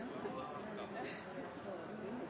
må visa at